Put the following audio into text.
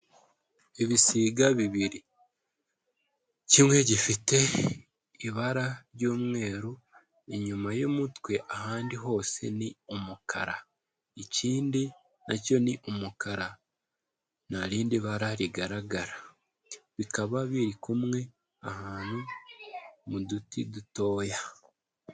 Ibisiga bibiri. Kimwe gifite ibara ry'umweru inyuma y'umutwe, ahandi hose ni umukara. Ikindi na cyo ni umukara, nta rindi bara rigaragara. Bikaba biri ahantu mu duti dutoya.